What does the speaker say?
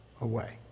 away